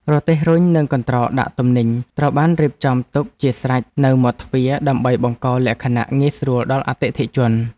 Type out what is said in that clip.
រទេះរុញនិងកន្ត្រកដាក់ទំនិញត្រូវបានរៀបចំទុកជាស្រេចនៅមាត់ទ្វារដើម្បីបង្កលក្ខណៈងាយស្រួលដល់អតិថិជន។